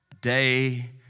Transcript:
day